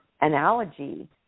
analogy